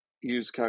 use